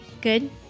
Good